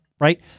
Right